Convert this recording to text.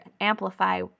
amplify